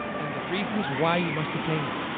and the reasons why you must attain them.